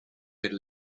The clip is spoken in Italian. per